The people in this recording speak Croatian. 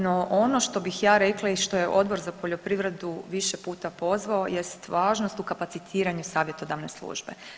No ono što bih ja rekla i što je Odbor za poljoprivredu više puta pozvao jest važnost u kapacitiranju savjetodavne službe.